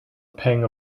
pang